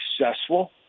successful